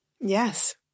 Yes